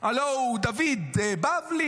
הלוא הוא דוד בבלי,